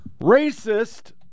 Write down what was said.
Racist